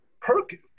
Perkins